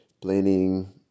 planning